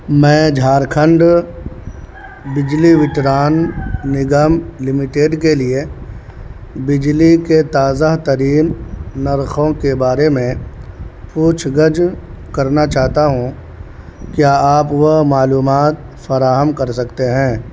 میں جھارکھنڈ بجلی وترن نگم لمیٹڈ کے لیے بجلی کے تازہ ترین نرخوں کے بارے میں پوچھ گچھ کرنا چاہتا ہوں کیا آپ وہ معلومات فراہم کر سکتے ہیں